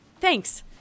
thanks